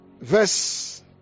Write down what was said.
verse